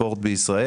הספורט בישראל.